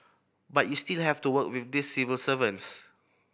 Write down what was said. but you still have to work with these civil servants